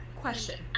question